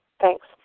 Thanks